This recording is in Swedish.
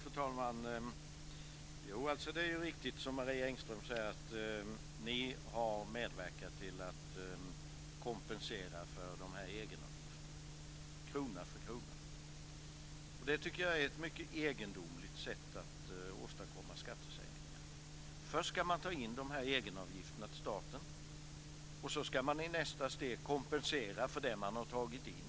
Fru talman! Det är riktigt som Marie Engström säger att ni har medverkat till att kompensera för dessa egenavgifter krona för krona. Det tycker jag är ett mycket egendomligt sätt att åstadkomma skattesänkningar. Först ska man ta in dessa egenavgifter till staten. I nästa steg ska man kompensera för det som man har tagit in.